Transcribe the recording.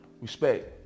respect